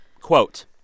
Quote